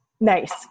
Nice